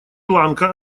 ланка